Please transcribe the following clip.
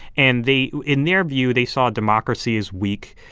and they in their view, they saw democracy as weak.